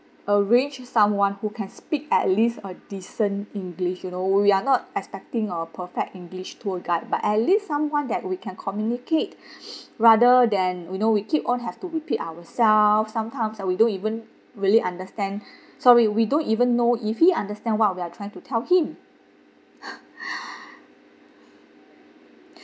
arrange someone who can speak at least a decent english you know we are not expecting a perfect english tour guide but at least someone that we can communicate rather than we know we keep on have to repeat ourselves sometimes we don't even really understand sorry we don't even know if he understand what we are trying to tell him